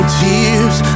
tears